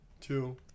two